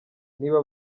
niba